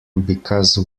because